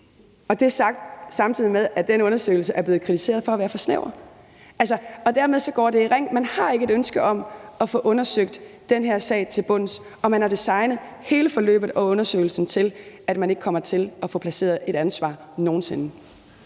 og det er sagt, samtidig med at den undersøgelse er blevet kritiseret for at være for snæver. Dermed går det i ring. Man har ikke et ønske om at få undersøgt den her sag til bunds, og man har designet hele forløbet og undersøgelsen til, at man aldrig nogen sinde kommer til at få placeret et ansvar.